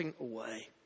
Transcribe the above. away